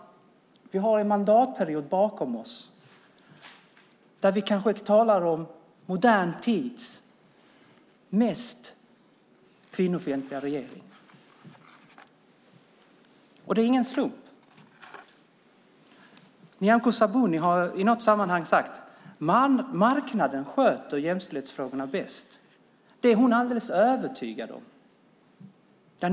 Vi har en mandatperiod bakom oss med modern tids mest kvinnofientliga regering, och det är ingen slump. Nyamko Sabuni har i något sammanhang sagt att marknaden sköter jämställdhetsfrågorna bäst. Det är hon alldeles övertygad om.